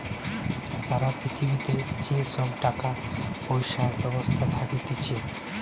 সারা পৃথিবীতে যে সব টাকা পয়সার ব্যবস্থা থাকতিছে